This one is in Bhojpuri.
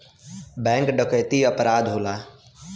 बैंक डकैती अपराध होला